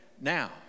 now